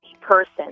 person